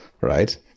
right